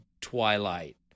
twilight